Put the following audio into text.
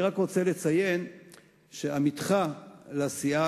אני רק רוצה לציין שעמיתך לסיעה,